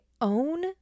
own